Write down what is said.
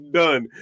done